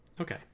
okay